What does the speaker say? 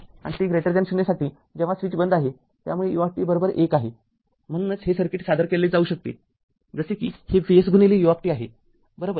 आणि t0 साठी जेव्हा स्विच बंद आहे त्यामुळे u१आहे म्हणूनच हे सर्किट सादर केले जाऊ शकते जसे कि हे Vsu आहे बरोबर